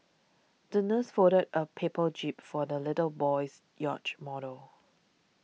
the nurse folded a paper jib for the little boy's yacht model